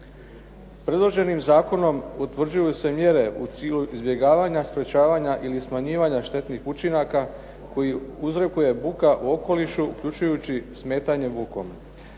Predloženim zakonom utvrđuju se mjere u cilju izbjegavanja, sprječavanja ili smanjivanja štetnih učinaka koji uzrokuje buka u okolišu uključujući smetanje bukom.